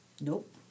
Nope